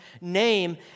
name